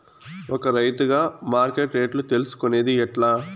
ఒక రైతుగా మార్కెట్ రేట్లు తెలుసుకొనేది ఎట్లా?